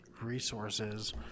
resources